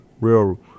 real –